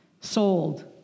Sold